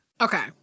Okay